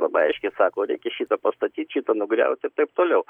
labai aiškiai sako reikia šitą pastatyt šitą nugriaut ir taip toliau